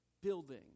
building